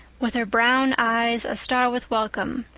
with her brown eyes a-star with welcome,